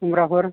खुमब्राफोर